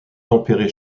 tempéré